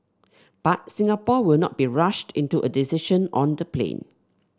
but Singapore will not be rushed into a decision on the plane